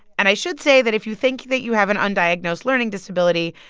and i should say that if you think that you have an undiagnosed learning disability,